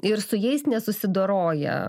ir su jais nesusidoroja